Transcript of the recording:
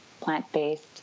plant-based